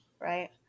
right